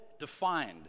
Defined